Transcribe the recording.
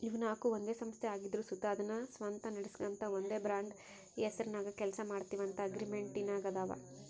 ಇವು ನಾಕು ಒಂದೇ ಸಂಸ್ಥೆ ಆಗಿದ್ರು ಸುತ ಅದುನ್ನ ಸ್ವಂತ ನಡಿಸ್ಗಾಂತ ಒಂದೇ ಬ್ರಾಂಡ್ ಹೆಸರ್ನಾಗ ಕೆಲ್ಸ ಮಾಡ್ತೀವಂತ ಅಗ್ರಿಮೆಂಟಿನಾಗಾದವ